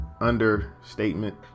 understatement